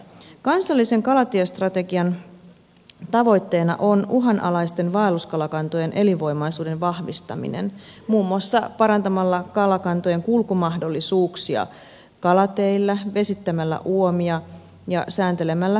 kansallisen kalatiestrategian tavoitteena on uhanalaisten vaelluskalakantojen elinvoimaisuuden vahvistaminen muun muassa parantamalla kalakantojen kulkumahdollisuuksia kalateillä vesittämällä uomia ja sääntelemällä kalastusta